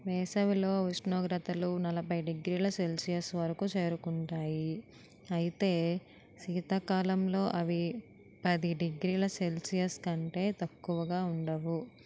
వేసవిలో ఉష్ణోగ్రతలు నలభై డిగ్రీల సెల్సియస్ వరకు చేరుకుంటాయి అయితే శీతాకాలంలో అవి పది డిగ్రీల సెల్సియస్ కంటే తక్కువగా ఉండవు